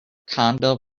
conda